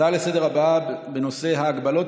נעבור להצעות לסדר-היום בנושא: ההגבלות